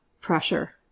pressure